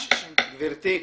גברתי.